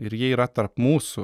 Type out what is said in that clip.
ir jie yra tarp mūsų